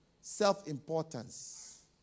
self-importance